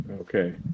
Okay